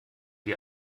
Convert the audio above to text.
die